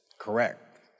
correct